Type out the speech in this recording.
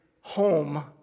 home